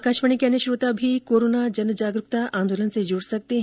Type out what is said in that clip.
आकाशवाणी के अन्य श्रोता भी कोरोना जनजागरुकता आंदोलन से जुड सकते हैं